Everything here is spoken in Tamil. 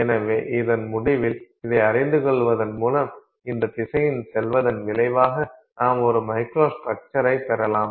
எனவே இதன் முடிவில் இதை அறிந்துகொள்வதன் மூலம் இந்த திசையில் செல்வதன் விளைவாக நாம் ஒரு மைக்ரோஸ்ட்ரக்சரைப் பெறலாம்